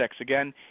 again